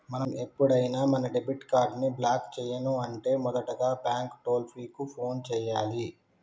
మనం ఎప్పుడైనా మన డెబిట్ కార్డ్ ని బ్లాక్ చేయను అంటే మొదటగా బ్యాంకు టోల్ ఫ్రీ కు ఫోన్ చేయాలి